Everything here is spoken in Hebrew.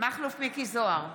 מכלוף מיקי זוהר,